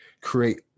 create